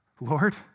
Lord